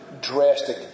drastic